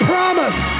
promise